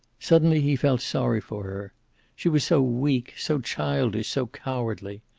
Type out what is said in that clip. suddenly he felt sorry for she was so weak, so childish, so cowardly.